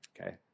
okay